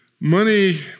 Money